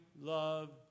love